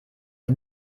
sie